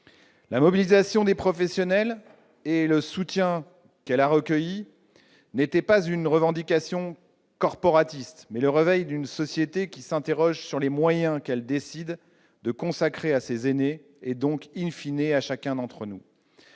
La mobilisation des professionnels et le soutien qu'elle a recueilli ne relevaient pas d'une revendication corporatiste, mais du réveil d'une société qui s'interroge sur les moyens qu'elle décide de consacrer à ses aînés et donc, à chacun d'entre nous.